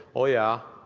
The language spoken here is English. oh, yeah,